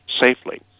safely